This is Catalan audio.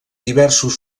diversos